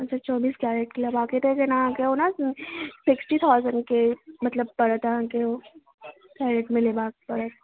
अच्छा चौबीस कैरेटके लेबाक अछि तखनि अहाँके ओना सिक्सटी थाउजेंडके मतलब अहाँके पड़त ओ कैरेटमे लेबाक पड़त